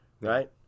right